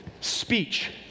speech